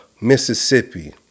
Mississippi